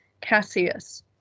Cassius